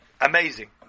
amazing